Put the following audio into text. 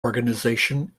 organization